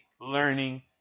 learning